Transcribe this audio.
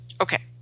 okay